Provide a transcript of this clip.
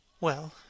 Well